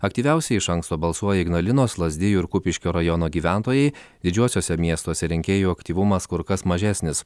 aktyviausiai iš anksto balsuoja ignalinos lazdijų ir kupiškio rajono gyventojai didžiuosiuose miestuose rinkėjų aktyvumas kur kas mažesnis